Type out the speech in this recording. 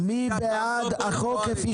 מי בעד החוק כפי